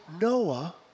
Noah